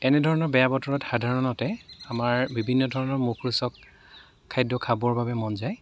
তেনেধৰণৰ বেয়া বতৰত সাধাৰণতে আমাৰ বিভিন্ন ধৰণৰ মুখৰোচক খাদ্য় খাবৰ বাবে মন যায়